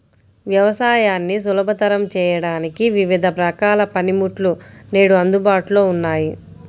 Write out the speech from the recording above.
వ్యవసాయాన్ని సులభతరం చేయడానికి వివిధ రకాల పనిముట్లు నేడు అందుబాటులో ఉన్నాయి